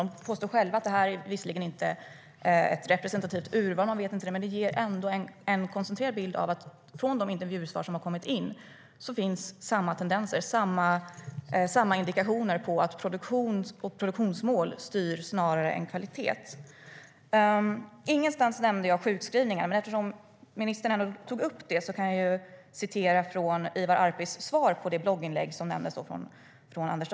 De påstår själva att det visserligen inte är ett representativt urval, men utifrån de intervjusvar som har kommit in ges ändå en koncentrerad bild av att samma tendenser, samma indikationer, finns på att det är produktion och produktionsmål som styr snarare än kvalitet. Ingenstans nämnde jag sjukskrivningar. Men eftersom ministern ändå tog upp det kan jag citera Ivar Arpis svar på Anders Danielssons blogginlägg som nämndes.